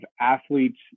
athletes